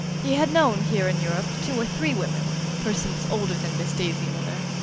he had known, here in europe, two or three women persons older than miss daisy miller,